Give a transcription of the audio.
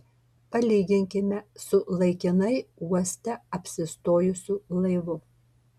palyginkime su laikinai uoste apsistojusiu laivu